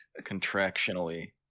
Contractionally